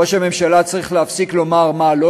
ראש הממשלה צריך להפסיק לומר מה לא